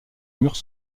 murs